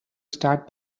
start